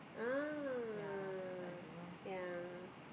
ah yeah